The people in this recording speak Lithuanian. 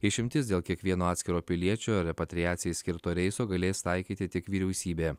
išimtis dėl kiekvieno atskiro piliečio repatriacijai skirto reiso galės taikyti tik vyriausybė